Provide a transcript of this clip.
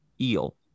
eel